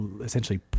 essentially